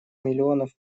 миллионов